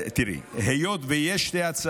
תראי, היות שיש שתי הצעות